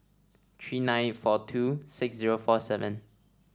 three nine four two six zero four seven